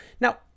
Now